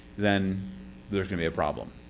then there's gonna be a problem.